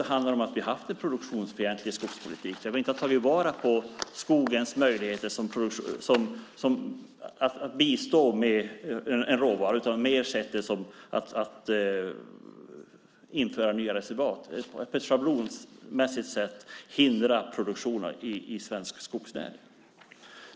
Det handlar om att vi har haft en produktionsfientlig skogspolitik. Vi har inte tagit vara på skogens möjligheter att bidra med råvara utan mer sett den som reservat och schablonmässigt har hindrat produktionen i svensk skogsnäring.